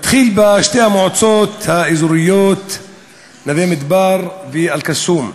נתחיל בשתי המועצות האזוריות נווה-מדבר ואל-קסום,